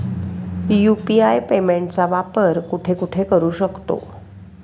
UPI पेमेंटचा वापर कुठे कुठे करू शकतो?